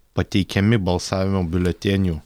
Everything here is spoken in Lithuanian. pateikiami balsavimo biuletenių